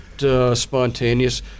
Spontaneous